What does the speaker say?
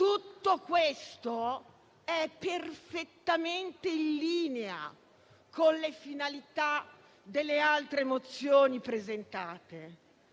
Tutto questo è perfettamente in linea con le finalità delle altre mozioni presentate.